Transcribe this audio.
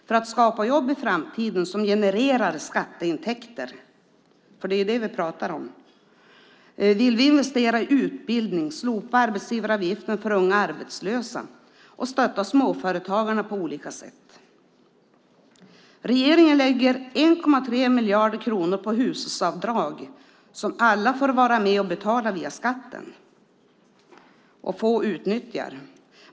För att skapa jobb i framtiden som genererar skatteintäkter - det är det vi pratar om - vill vi investera i utbildning, slopa arbetsgivaravgiften för unga arbetslösa och stötta småföretagarna på olika sätt. Regeringen lägger 1,3 miljarder kronor på hushållsavdrag som alla får vara med och betala via skatten men som få utnyttjar.